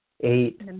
eight